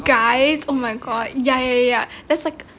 guys oh my god ya ya ya that's like